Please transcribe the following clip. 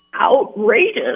outrageous